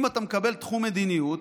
אם אתה מקבל תחום מדיניות